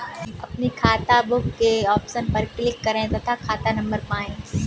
अपनी खाताबुक के ऑप्शन पर क्लिक करें तथा खाता नंबर पाएं